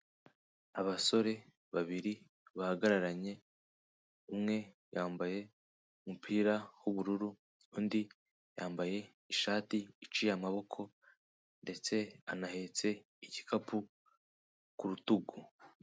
Abasore babiri bahagararanye, umwe yambaye umupira w'ubururu, undi yambaye ishati iciye amaboko ndetse anahetse igikapu ku rutugu.